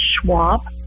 Schwab